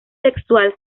sexual